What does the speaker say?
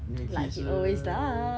li ki zhi